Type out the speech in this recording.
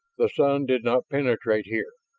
the sun did not penetrate here,